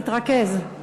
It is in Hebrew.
תתרכז.